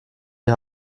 die